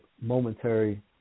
momentary